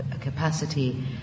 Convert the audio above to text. capacity